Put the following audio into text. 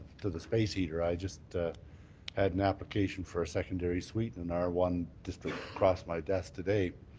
to the space heater, i just had an application for a secondary suite in our one district cross my desk today.